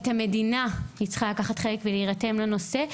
והמדינה צריכה לקחת חלק ולהירתם לנושא,